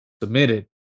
submitted